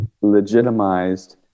legitimized